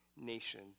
nation